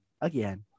again